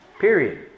Period